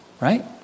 right